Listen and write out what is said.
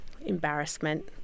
embarrassment